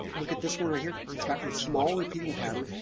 look at this one right here. it's got a small repeating pattern.